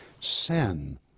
sin